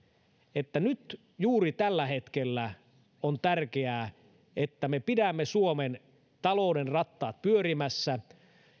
että nyt juuri tällä hetkellä on tärkeää että me pidämme suomen talouden rattaat pyörimässä